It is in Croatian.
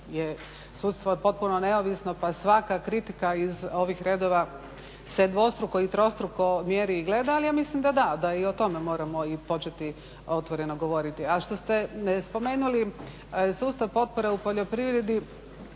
je sudstvo potpuno neovisno pa svaka kritika iz ovih redova se dvostruko i trostruko mjeri i gleda ali ja mislim da da, da i o tome moramo i početi otvoreno govoriti. A što ste spomenuli sustav potpore u poljoprivredi